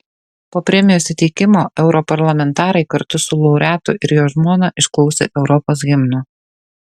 po premijos įteikimo europarlamentarai kartu su laureatu ir jo žmona išklausė europos himno